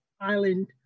Island